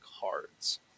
cards